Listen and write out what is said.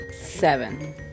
seven